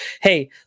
hey